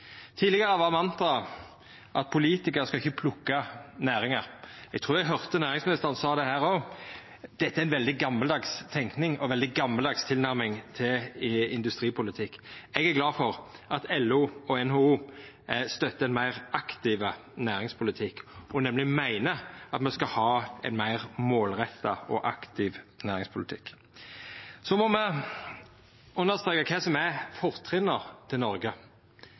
Tidlegare var mantraet at politikarar ikkje skal plukka næringar. Eg trur eg høyrde næringsministeren sa det her òg. Det er veldig gamaldags tenking og veldig gamaldags tilnærming til industripolitikk. Eg er glad for at LO og NHO støttar ein meir aktiv næringspolitikk, og nemleg meiner at me skal ha ein meir målretta og aktiv næringspolitikk. Så må me understreka kva som er fortrinna til Noreg.